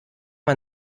man